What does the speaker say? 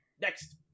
next